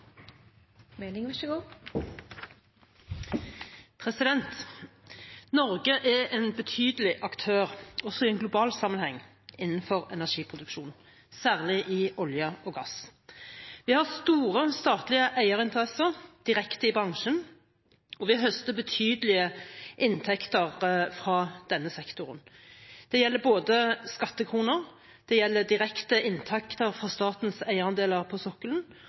en betydelig aktør, også i en global sammenheng, innenfor energiproduksjon, særlig i olje og gass. Vi har store statlige eierinteresser direkte i bransjen, og vi høster betydelige inntekter fra denne sektoren – det gjelder skattekroner, det gjelder direkte inntekter fra statens eierandeler på sokkelen,